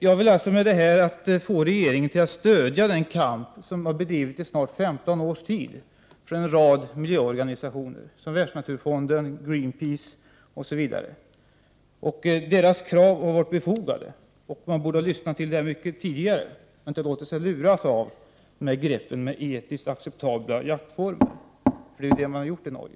Jag vill alltså med det här få regeringen att stödja den kamp som bedrivits i snart 15 års tid från en rad miljöorganisationer, som Världsnaturfonden och Greenpeace. Deras krav har varit befogade. Man borde ha lyssnat till dem mycket tidigare och inte låtit sig luras av begreppet etiskt acceptabla jaktformer. Det är detta man har gjort i Norge.